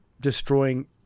destroying